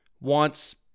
wants